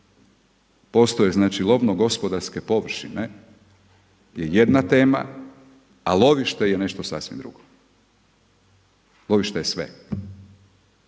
postoje znači lovno-gospodarske površine je jedna tema, a lovište je nešto sasvim drugo. Lovište je sve.